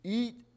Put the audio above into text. eat